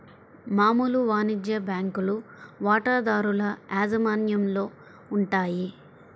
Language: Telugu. మామూలు వాణిజ్య బ్యాంకులు వాటాదారుల యాజమాన్యంలో ఉంటాయి